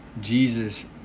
Jesus